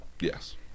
Yes